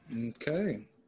Okay